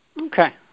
Okay